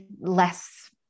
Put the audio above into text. less